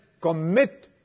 Commit